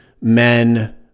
men